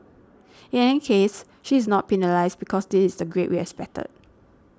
in any case she is not penalised because this is the grade we expected